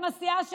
עם הסיעה שלו,